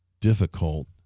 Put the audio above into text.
difficult